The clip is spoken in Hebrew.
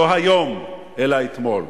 לא היום, אלא אתמול.